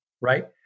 right